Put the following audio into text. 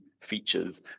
features